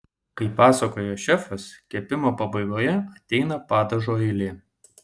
kaip pasakoja šefas kepimo pabaigoje ateina padažo eilė